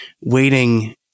waiting